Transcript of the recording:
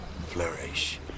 flourish